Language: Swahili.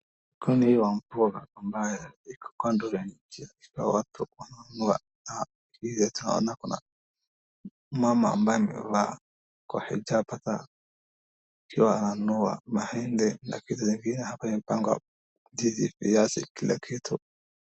Kundii la Mporo ambaye iko kando ya nchi ikiwa watu wananunua na kile kitu tunaona kuna mama ambaye amevaa kwa hijab hata akiwa ananunua mahindi na vitu vingine hapa imepangwa vizuri viazi kila kitu.